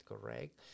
correct